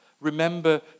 remember